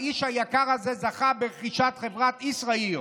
האיש היקר הזה זכה ברכישת חברת ישראיר,